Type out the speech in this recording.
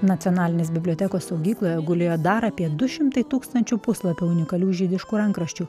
nacionalinės bibliotekos saugykloje gulėjo dar apie du šimtai tūkstančių puslapių unikalių žydiškų rankraščių